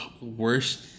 worst